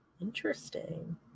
Interesting